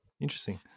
interesting